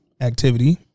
activity